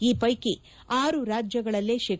ಈ ಪ್ಲೆಕಿ ಆರು ರಾಜ್ಯಗಳಲ್ಲೇ ಶೇ